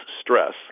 stress